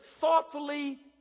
thoughtfully